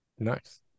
Nice